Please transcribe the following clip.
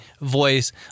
voice